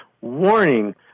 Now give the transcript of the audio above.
warning